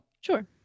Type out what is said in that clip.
Sure